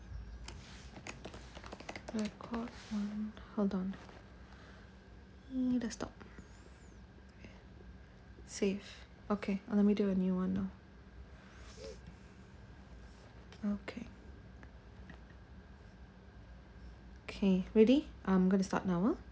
record on hold on !ee! desktop save okay oh let me do a new one okay kay ready I'm gonna start now ah